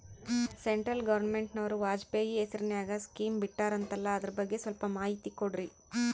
Central ಗವರ್ನಮೆಂಟನವರು ವಾಜಪೇಯಿ ಹೇಸಿರಿನಾಗ್ಯಾ scheme ಬಿಟ್ಟಾರಂತಲ್ಲ ಅದರ ಬಗ್ಗೆ ಸ್ವಲ್ಪ ಮಾಹಿತಿ ಕೊಡ್ರಿ?